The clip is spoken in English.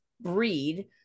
breed